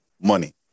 money